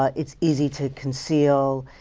ah it's easy to conceal.